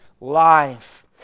life